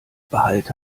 behalte